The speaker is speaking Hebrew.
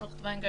אם לא,